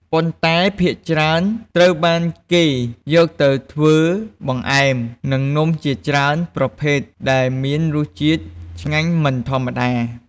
ប៉ុន្តែភាគច្រើនត្រូវបាន គេយកទៅធ្វើបង្អែម និងនំជាច្រើនប្រភេទដែលមានរសជាតិឆ្ងាញ់មិនធម្មតា។